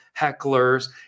Hecklers